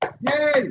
Yay